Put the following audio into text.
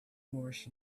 moorish